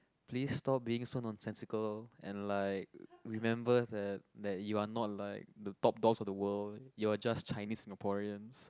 please stop being so nonsensical and like remember that that you're not like the top doors of the world you're just Chinese Singaporeans